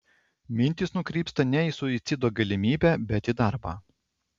mintys nukrypsta ne į suicido galimybę bet į darbą